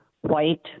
white